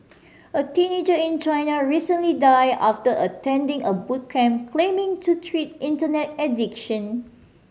a teenager in China recently died after attending a boot camp claiming to treat Internet addiction